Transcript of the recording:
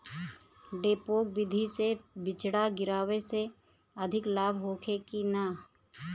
डेपोक विधि से बिचड़ा गिरावे से अधिक लाभ होखे की न?